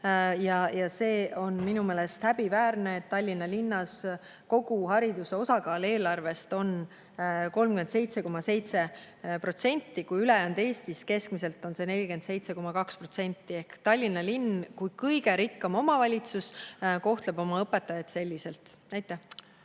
See on minu meelest häbiväärne, et Tallinna linnas on kogu hariduse osakaal eelarves 37,7%. Ülejäänud Eestis on see keskmiselt 47,2%. Ehk Tallinna linn kui kõige rikkam omavalitsus kohtleb oma õpetajaid selliselt. Aitäh!